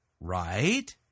Right